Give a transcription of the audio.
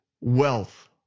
wealth